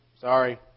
sorry